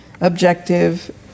objective